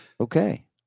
Okay